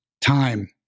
time